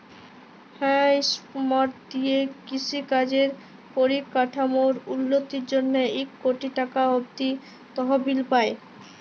হাঁ ইস্কিমট দিঁয়ে কিষি কাজের পরিকাঠামোর উল্ল্যতির জ্যনহে ইক কটি টাকা অব্দি তহবিল পায়